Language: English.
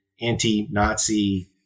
anti-Nazi